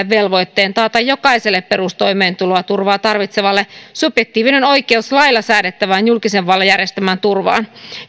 velvoitteen taata jokaiselle perustoimeentuloturvaa tarvitsevalle subjektiivinen oikeus lailla säädettävään julkisen vallan järjestämään turvaan